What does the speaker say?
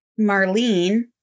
Marlene